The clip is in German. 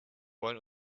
wollen